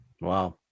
Wow